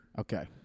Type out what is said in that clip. Okay